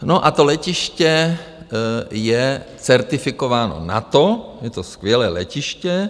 No a to letiště je certifikováno NATO, je to skvělé letiště.